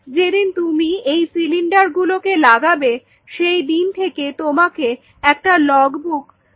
যেদিন তুমি এই সিলিন্ডার গুলোকে লাগাবে সেই দিন থেকে তোমাকে একটা লগ্ বুক বজায় রাখতে হবে